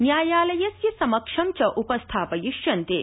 न्यायालयस्य समक्ष च उपस्थापयिष्यन्ते